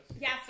Yes